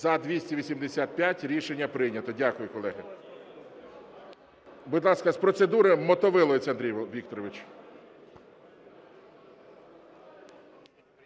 За-285 Рішення прийнято. Дякую, колеги. Будь ласка, з процедури Мотовиловець Андрій Вікторович.